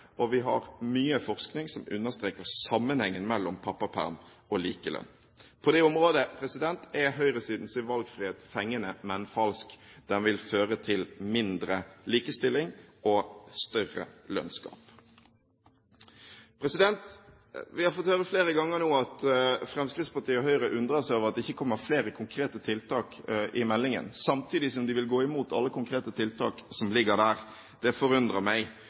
arbeidslivet. Vi har mye forskning som understreker sammenhengen mellom pappaperm og likelønn. På dette området er høyresidens valgfrihet fengende, men falsk. Den vil føre til mindre likestilling og større lønnsgap. Vi har fått høre flere ganger nå at Fremskrittspartiet og Høyre undrer seg over at det ikke er flere konkrete tiltak i meldingen, samtidig som de vil gå imot alle konkrete tiltak som ligger der. Det forundrer meg.